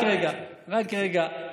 רק רגע, רק רגע.